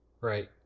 Right